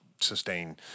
sustain